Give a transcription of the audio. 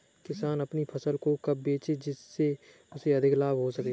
किसान अपनी फसल को कब बेचे जिसे उन्हें अधिक लाभ हो सके?